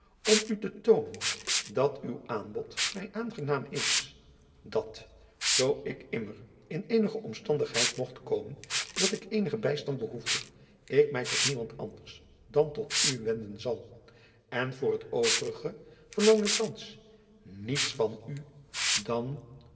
om u te toonen dat uw aanbod mij aangenaam is driaan oosjes zn et leven van aurits ijnslager dat zoo ik immer in eenige omstandigheid mogt komen dat ik eenigen bijstand behoefde ik mij tot niemand anders dan tot u wenden zal en voor het overige verlang ik thans niets van u dan